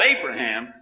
Abraham